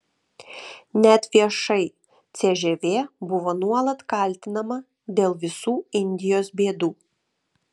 net viešai cžv buvo nuolat kaltinama dėl visų indijos bėdų